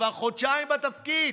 כבר חודשיים בתפקיד,